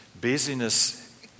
busyness